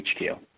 HQ